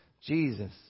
Jesus